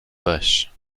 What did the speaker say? bush